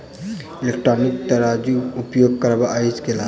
Electronic तराजू उपयोग करबा सऽ केँ लाभ?